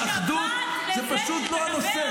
אחדות היא פשוט לא הנושא.